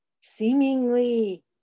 Seemingly